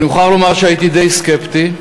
ואני מוכרח לומר שהייתי די סקפטי,